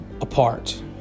apart